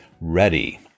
ready